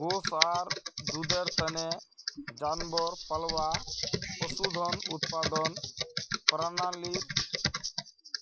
गोस आर दूधेर तने जानवर पालना पशुधन उत्पादन प्रणालीर